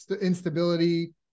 instability